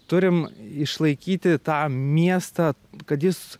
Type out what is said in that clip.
turim išlaikyti tą miestą kad jis